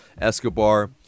Escobar